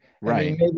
right